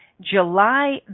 July